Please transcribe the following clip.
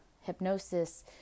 hypnosis